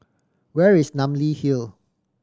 where is Namly Hill